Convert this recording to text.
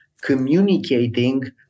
communicating